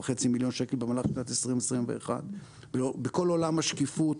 15.5 מיליון שקל במהלך שנת 2021. בכל עולם השקיפות,